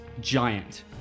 giant